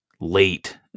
Late